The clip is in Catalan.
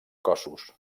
cossos